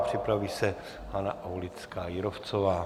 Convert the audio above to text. Připraví se Hana Aulická Jírovcová.